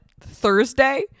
Thursday